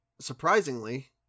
surprisingly